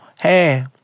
Hey